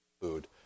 food